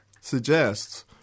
suggests